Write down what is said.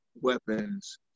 weapons